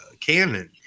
canon